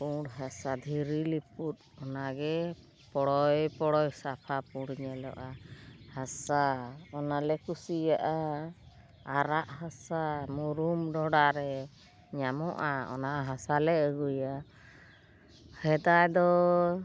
ᱯᱩᱬ ᱦᱟᱥᱟ ᱫᱷᱤᱨᱤ ᱞᱤᱯᱩᱫ ᱚᱱᱟᱜᱮ ᱯᱚᱲᱚᱭ ᱯᱚᱲᱚᱭ ᱥᱟᱯᱷᱟ ᱯᱩᱬ ᱧᱮᱞᱚᱜᱼᱟ ᱦᱟᱥᱟ ᱚᱱᱟᱞᱮ ᱠᱩᱥᱤᱭᱟᱜᱼᱟ ᱟᱨᱟᱜ ᱦᱟᱥᱟ ᱢᱩᱨᱩᱢ ᱰᱚᱸᱰᱷᱟᱨᱮ ᱧᱟᱢᱚᱜᱼᱟ ᱚᱱᱟ ᱦᱟᱥᱟᱞᱮ ᱟᱹᱜᱩᱭᱟ ᱦᱮᱫᱟᱭ ᱫᱚ